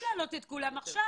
אפשר להעלות את כולם עכשיו.